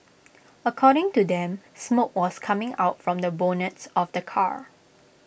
according to them smoke was coming out from the bonnets of the car